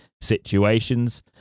situations